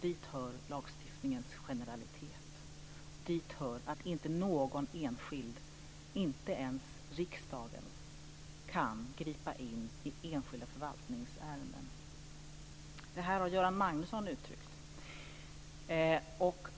Dit hör lagstiftningens generalitet. Dit hör att inte någon enskild, inte ens riksdagen, kan gripa in i enskilda förvaltningsärenden. Det här har Göran Magnusson uttryckt.